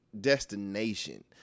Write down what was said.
destination